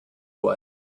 what